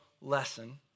lesson